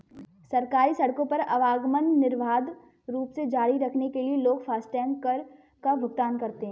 सरकारी सड़कों पर आवागमन निर्बाध रूप से जारी रखने के लिए लोग फास्टैग कर का भुगतान करते हैं